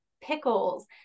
pickles